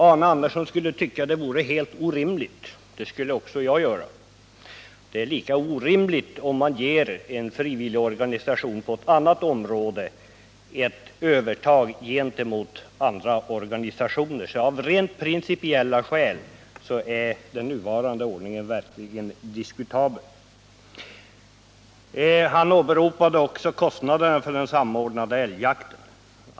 Arne Andersson skulle tycka att det vore helt orimligt. Det skulle också jag göra. Det är lika orimligt, om man ger en frivillig organisation på ett annat område ett övertag gentemot andra organisationer. Av rent principiella skäl är den nuvarande ordningen verkligen diskutabel. Arne Andersson åberopade också kostnaderna för den samordnade älgjakten.